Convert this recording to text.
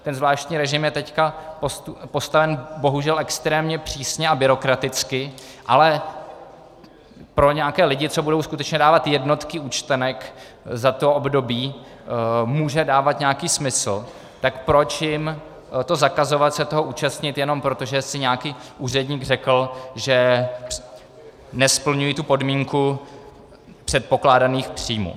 Ten zvláštní režim je teď postaven bohužel extrémně přísně a byrokraticky, ale pro nějaké lidi, co budou skutečně dávat jednotky účtenek za to období, může dávat nějaký smysl, tak proč jim zakazovat se toho účastnit jenom proto, že si nějaký úředník řekl, že nesplňují podmínku předpokládaných příjmů.